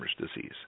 disease